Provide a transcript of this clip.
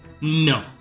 No